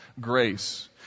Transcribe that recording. grace